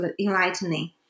enlightening